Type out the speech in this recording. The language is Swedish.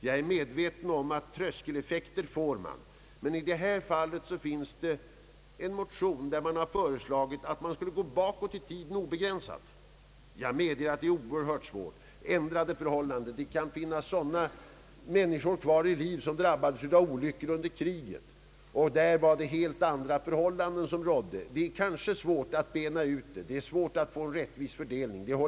Jag är medveten om att man får tröskeleffekter, men i det här fallet finns det en motion med förslag att man skulle gå bakåt i tiden utan begränsning. Jag medger att det är oerhört svårt och att det kan ha uppstått ändrade förhållanden. Det kan finnas människor kvar i livet som har drabbats av olyckor under kriget då andra förhållanden rådde. Det är svårt att bena ut problemen, och jag håller med om att det kan vara svårt att göra en rättvis fördelning.